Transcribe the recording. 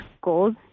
goals